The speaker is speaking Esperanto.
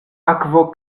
akvo